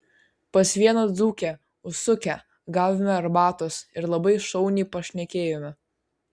pas vieną dzūkę užsukę gavome arbatos ir labai šauniai pašnekėjome